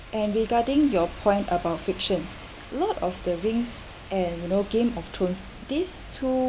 and regarding your point about fictions lord of the rings and you know game of thrones these two